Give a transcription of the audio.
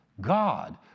God